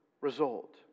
result